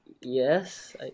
Yes